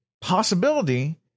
possibility